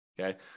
Okay